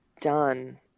done